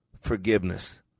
forgiveness